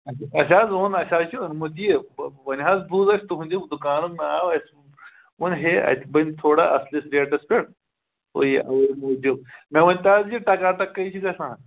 اَسہِ حظ اوٚن اَسہِ حظ چھُ اوٚنمُت یہِ وۅنۍ حظ بوٗز اَسہِ تُہنٛدِ دُکانُک ناو اَسہِ ووٚن ہے اَتہِ بَنہِ تھوڑا اَصلِس ریٹَس پٮ۪ٹھ یہِ اَوے موٗجوٗب مےٚ ؤنۍتَو حظ یہِ ٹکا ٹَک کٔہۍ چھِ گژھان